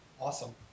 Awesome